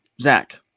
Zach